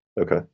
Okay